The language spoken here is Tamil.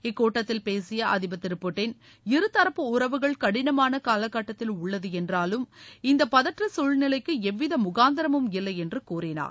இக்கூட்டத்தில் பேசிய அதிபா திரு புட்டின் இருதரப்பு உறவுகள் கடினமான கால கட்டத்தில் உள்ளது என்றாலும் இந்த பதற்ற சூழ்நிலைக்கு எவ்வித முகாந்திரமும் இல்லை என்று கூறினார்